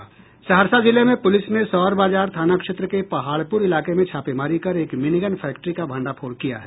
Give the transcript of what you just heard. सहरसा जिले में पुलिस ने सौर बाजार थाना क्षेत्र के पहाड़पुर इलाके में छापेमारी कर एक मिनीगन फैक्ट्री का भांडाफोड़ किया है